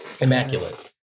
Immaculate